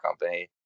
company